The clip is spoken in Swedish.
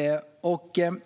i årtionden.